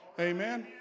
Amen